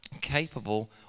capable